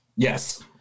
Yes